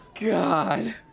God